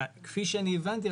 כפי שהבנתי.